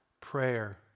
prayer